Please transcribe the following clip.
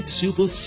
super